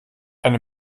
eine